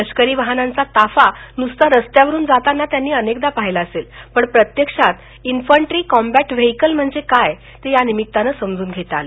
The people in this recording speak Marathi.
लष्करी वाहनांचा ताफा नुसता रस्त्यावरून जाताना त्यांनी अनेकदा पहिला असेल पण प्रत्यक्षात इन्फट्री कॉम्बट व्हेईकल म्हणजे काय ते या निमित्तानं समजून घेता आलं